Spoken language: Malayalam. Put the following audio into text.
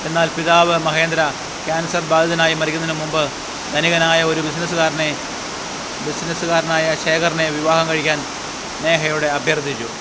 എന്നാൽ പിതാവ് മഹേന്ദ്ര കാൻസർ ബാധിതനായി മരിക്കുന്നതിന് മുമ്പ് ധനികനായ ഒരു ബിസിനസ്സുകാരനെ ബിസിനെസ്സുകാരനായ ശേഖറിനെ വിവാഹം കഴിക്കാൻ നേഹയോട് അഭ്യർത്ഥിച്ചു